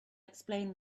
explained